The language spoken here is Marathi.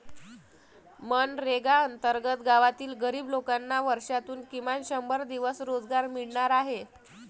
मनरेगा अंतर्गत गावातील गरीब लोकांना वर्षातून किमान शंभर दिवस रोजगार मिळणार आहे